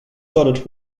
dotted